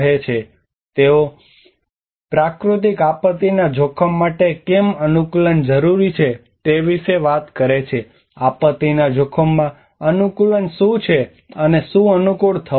તેથી તેઓ પ્રાકૃતિક આપત્તિના જોખમ માટે કેમ અનુકૂલન જરૂરી છે તે વિશે વાત કરે છે આપત્તિના જોખમમાં અનુકૂલન શું છે અને શું અનુકૂળ થવું છે